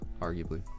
arguably